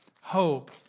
hope